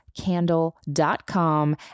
candle.com